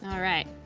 um alright.